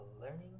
learning